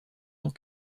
tant